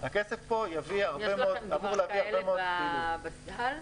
הכסף פה אמור להביא הרבה מאוד פעילות.